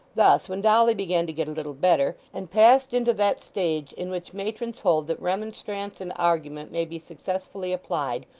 thus when dolly began to get a little better, and passed into that stage in which matrons hold that remonstrance and argument may be successfully applied,